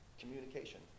communication